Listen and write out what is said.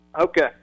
Okay